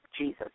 Jesus